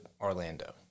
Orlando